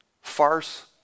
farce